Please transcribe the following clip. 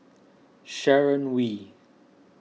Sharon Wee